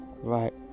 right